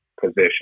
position